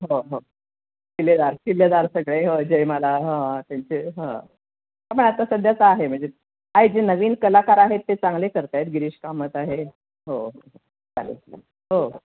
हो हो हो शिलेदार शिलेदार सगळे हो जयमाला हां त्यांचे हं पण आता सध्याचा आहे म्हणजे काय जे नवीन कलाकार आहेत ते चांगले करत आहेत गिरीश कामत आहे हो हो चालेल चालेल हो